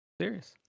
Serious